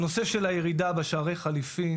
הנושא של ירידה בשערי החליפין.